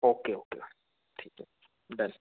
okay okay done